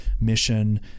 mission